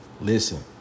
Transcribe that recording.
Listen